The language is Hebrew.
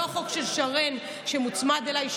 לא החוק של שרן שמוצמד אליי,